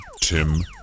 Tim